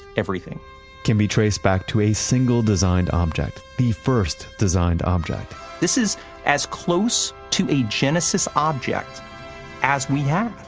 everything can be traced back to a single designed object, the first designed object this is as close to a genesis object as we have.